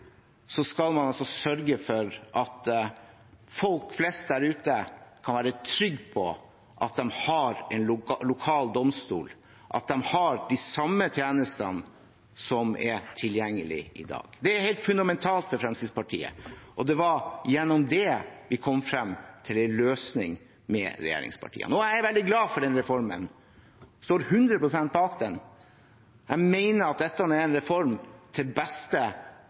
skal man sørge for at folk flest der ute kan være trygge på at de har en lokal domstol, at de har de samme tjenestene som er tilgjengelige i dag. Det er helt fundamentalt for Fremskrittspartiet, og det var gjennom det vi kom frem til en løsning med regjeringspartiene. Nå er jeg veldig glad for den reformen, jeg står 100 pst. bak den. Jeg mener at dette er en reform til beste